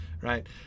right